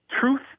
Truth